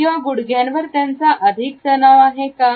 किंवा गुडघ्यांवर त्याचा अधिक तनाव आहेका